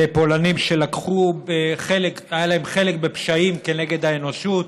לפולנים שהיה להם חלק בפשעים נגד האנושות,